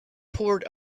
poured